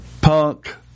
Punk